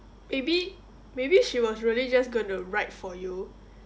maybe maybe she was really just gonna write for you